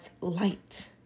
light